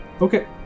Okay